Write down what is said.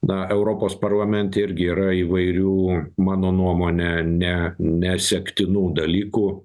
na europos parlamente irgi yra įvairių mano nuomone ne nesektinų dalykų